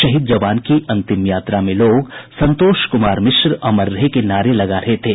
शहीद जवान की अंतिम यात्रा में लोग संतोष कुमार मिश्रा अमर रहे के नारे लगा रहे थे